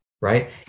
right